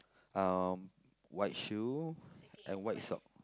um white shoe and white sock